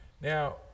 Now